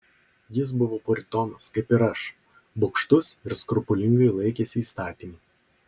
jis buvo puritonas kaip ir aš bugštus ir skrupulingai laikėsi įstatymų